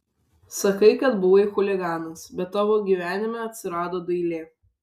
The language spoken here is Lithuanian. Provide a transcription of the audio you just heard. sakai kad buvai chuliganas bet tavo gyvenime atsirado dailė